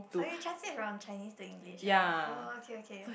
oh you translate from Chinese to English ah oh okay okay